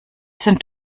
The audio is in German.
sind